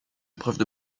épreuves